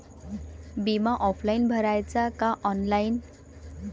बिमा ऑफलाईन भराचा का ऑनलाईन?